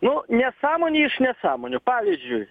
nu nesąmonė iš nesąmonių pavyzdžiui